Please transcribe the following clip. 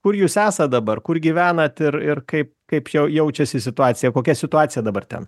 kur jūs esat dabar kur gyvenat ir ir kaip kaip jau jaučiasi situacija kokia situacija dabar ten